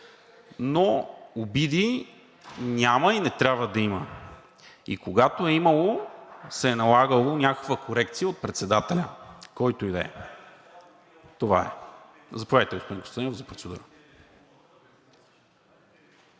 Но обиди няма и не трябва да има, а когато е имало, се е налагало някаква корекция от председателя, който и да е. Това е. Заповядайте, господин Костадинов – за процедура.